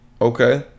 Okay